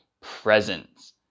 presence